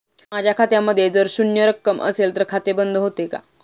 माझ्या खात्यामध्ये जर शून्य रक्कम असेल तर खाते बंद होते का?